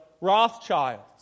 Rothschilds